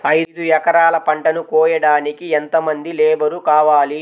ఐదు ఎకరాల పంటను కోయడానికి యెంత మంది లేబరు కావాలి?